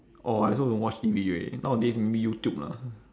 orh I also don't watch T_V already nowadays maybe youtube lah